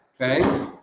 okay